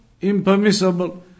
impermissible